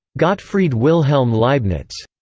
gottfried wilhelm leibniz,